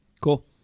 cool